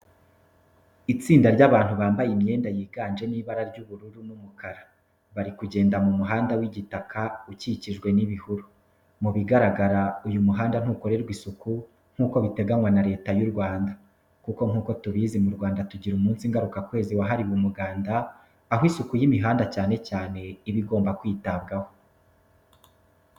Itsinda ry'abantu bambaye imyenda yiganjemo ibara ry'ubururu n'umukara, bari kugenda mu muhanda w'igitaka ukikijwe n'ibihuru. Mu bigaragara uyu muhanda ntukorerwa isuku nkuko biteganya na Leta y'u Rwanda. Kuko nk'uko tubizi mu Rwanda tugira umunsi ngaruka kwezi wahariwe umuganda, aho isuku y'imihanda cyane cyane iba igomba kwitabwaho.